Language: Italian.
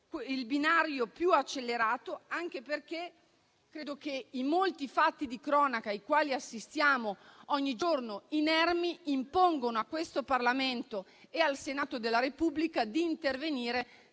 il binario più accelerato, anche perché credo che i molti fatti di cronaca ai quali assistiamo ogni giorno inermi impongano a questo Parlamento e al Senato della Repubblica di intervenire